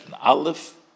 Aleph